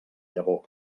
llavor